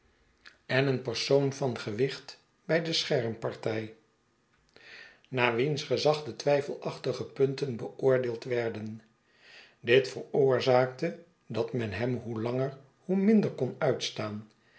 en een perspon van gewicht bij de schermpartij naar wiens gezag de twyfelachtige punten beoordeeld werden dit veroorzaakte dat men hem hoe langer hoe minder kon uitstaan